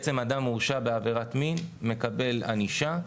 אדם הורשע בעברת מין, מקבל ענישה.